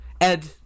Ed